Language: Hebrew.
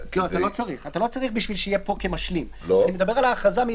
הוא לא אוסף --- אני אגיד לכם מה ההתלבטות שלי,